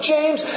James